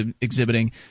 exhibiting